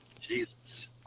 Jesus